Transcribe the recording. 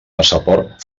passaport